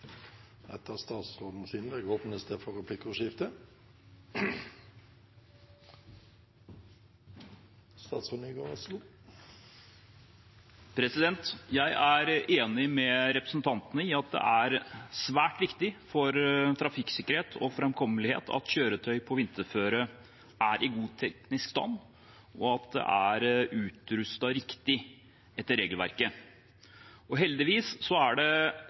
med representantene i at det er svært viktig for trafikksikkerheten og framkommeligheten at kjøretøy på vinterføre er i god teknisk stand, og at de er utrustet riktig etter regelverket. Heldigvis er det